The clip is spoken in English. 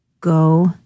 Go